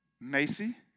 Macy